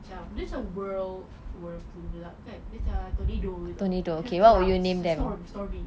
dia macam world world pula dia macam tuduh gitu macam cloud cloud macam stormie